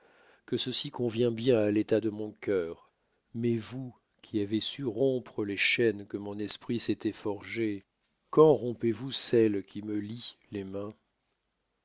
que ceci convient bien à l'état de mon cœur mais vous qui avez su rompre les chaînes que mon esprit s'étoit forgées quand romprez vous celles qui me lient les mains